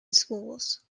schools